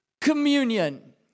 communion